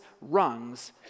rungs